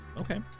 Okay